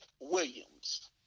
Williams